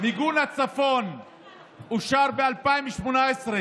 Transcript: מיגון הצפון אושר ב-2018.